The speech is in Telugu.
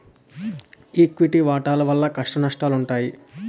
ఈక్విటీ వాటాల వలన కష్టనష్టాలుంటాయి